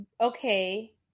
Okay